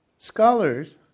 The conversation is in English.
Scholars